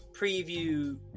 preview